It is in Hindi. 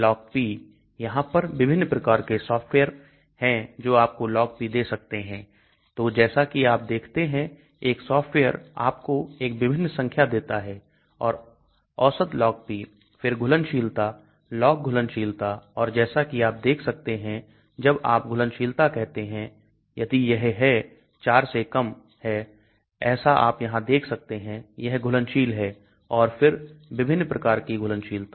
LogP यहां पर विभिन्न प्रकार के सॉफ्टवेयर हैं जो आपको LogP दे सकते हैं तो जैसा कि आप देखते हैं एक सॉफ्टवेयर आपको एक विभिन्न संख्या देता है और औसत LogP फिर घुलनशीलता log घुलनशीलता और जैसा कि आप देख सकते हैं जब आप घुलनशीलता कहते हैं यदि यह है 4 है ऐसा आप यहां देख सकते हैं यह घुलनशील है और फिर विभिन्न प्रकार की घुलनशीलता